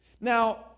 Now